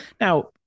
Now